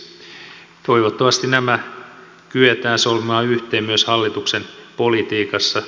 toivottavasti nämä kyetään solmimaan yhteen myös hallituksen politiikassa